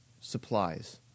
supplies